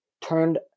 turned